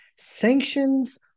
Sanctions